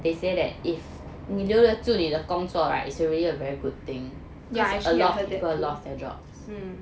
yeah actually I heard that too mm